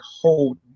hold